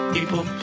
People